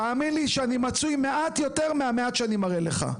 תאמין לי שאני מצוי מעט יותר מהמעט שאני מראה לך.